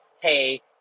hey